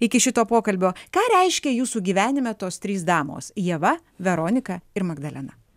iki šito pokalbio ką reiškia jūsų gyvenime tos trys damos ieva veronika ir magdalena